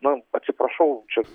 na atsiprašau čia